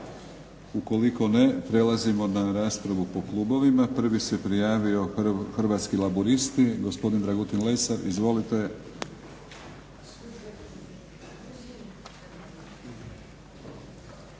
Ukoliko ne, prelazimo na raspravu po klubovima. Prvi se prijavio Hrvatski laburisti, gospodin Dragutin Lesar. Izvolite.